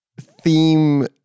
theme